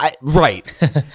Right